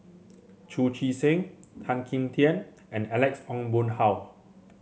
Chu Chee Seng Tan Kim Tian and Alex Ong Boon Hau